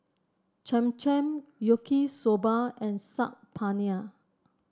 Cham Cham Yaki Soba and Saag Paneer